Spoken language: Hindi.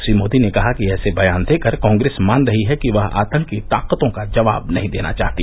श्री मोदी ने कहा है कि ऐसे बयान देकर कांग्रेस मान रही है कि वह आतंकी ताकतों का जवाब नहीं देना चाहती